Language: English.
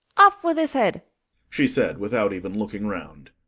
off with his head she said, without even looking round.